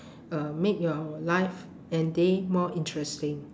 uh make your life and day more interesting